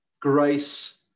Grace